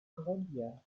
columbia